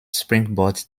springboard